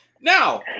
Now